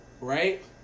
right